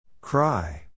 Cry